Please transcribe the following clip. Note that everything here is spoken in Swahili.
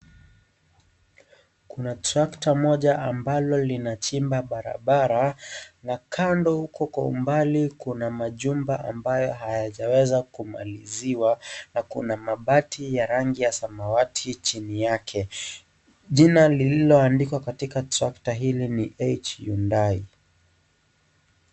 Kuna trakta moja ambalo linachimba barabara ,,na kando huko kwa umbali kuna machumba ambayo hayajaweza kumaliziwa na kuna mabati ya rangi ya samawati chini yake. Jina lililoandikwa katika trakta hili ni "Hyundai".